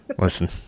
Listen